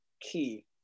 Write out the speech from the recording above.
key